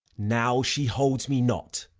now she holds me not.